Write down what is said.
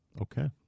Okay